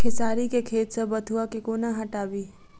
खेसारी केँ खेत सऽ बथुआ केँ कोना हटाबी